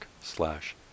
slash